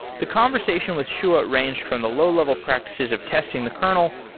the conversation with shuah ranged from the low-level practices of testing the kernel,